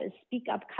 speak-up